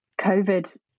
COVID